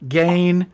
gain